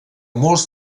molts